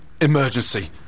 emergency